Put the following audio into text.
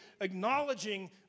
acknowledging